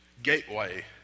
gateway